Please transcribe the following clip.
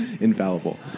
Infallible